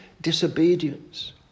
disobedience